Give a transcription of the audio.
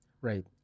right